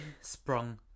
sprung